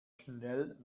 schnell